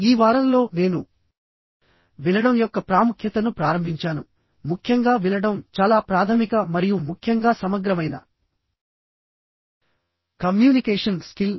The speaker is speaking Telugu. ఈ వారంలో నేను వినడం యొక్క ప్రాముఖ్యతను ప్రారంభించానుముఖ్యంగా వినడం చాలా ప్రాథమిక మరియు ముఖ్యంగా సమగ్రమైన కమ్యూనికేషన్ స్కిల్